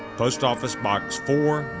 post office box, four,